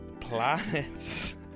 planets